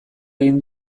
egin